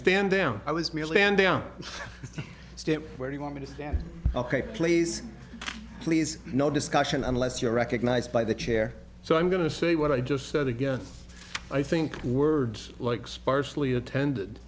man down state where you want me to stand ok please please no discussion unless you're recognized by the chair so i'm going to say what i just said again i think words like sparsely attended